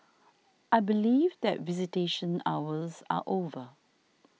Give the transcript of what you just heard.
I believe that visitation hours are over